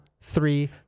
three